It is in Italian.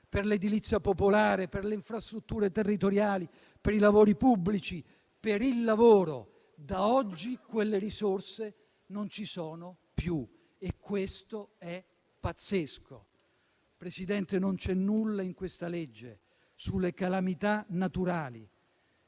per l'edilizia popolare, per le infrastrutture territoriali, per i lavori pubblici, per il lavoro. Ebbene, da oggi quelle risorse non ci sono più e questo è pazzesco. Presidente, non c'è nulla in questa legge sulle calamità naturali.